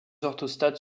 orthostates